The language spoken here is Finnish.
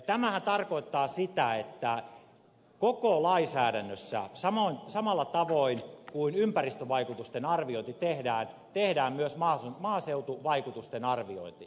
tämähän tarkoittaa sitä että koko lainsäädännössä samalla tavoin kuin ympäristövaikutusten arviointi tehdään tehdään myös maaseutuvaikutusten arviointi